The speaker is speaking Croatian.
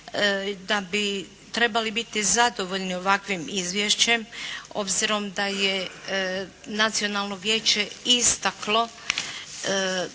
da bi trebali biti zadovoljni ovakvim izvješćem obzirom da je nacionalno vijeće istaklo